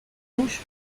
bouche